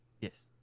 Yes